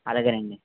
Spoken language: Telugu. అలాగేనండి